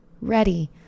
ready